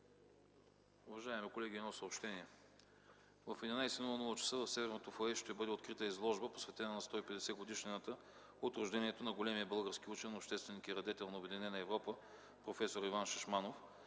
Уважаеми колеги, едно съобщение: в 11,00 ч. в Северното фоайе ще бъде открита изложба, посветена на 150-годишнината от рождението на големия български учен, общественик и радетел на обединена Европа проф. Иван Шишманов.